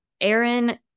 aaron